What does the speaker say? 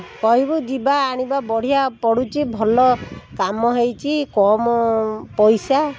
କହିବୁ ଯିବା ଆଣିବା ବଢ଼ିଆ ପଡ଼ୁଛି ଭଲ କାମ ହେଇଛି କମ ପଇସା